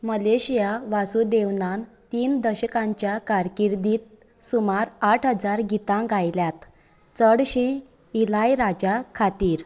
Malaysia वासुदेवनान तीन दशकांच्या कारकिर्दींत सुमार आठ हजार गितां गायल्यांत चडशीं इलाय राजा खातीर